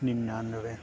ننانوے